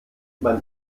man